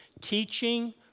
teaching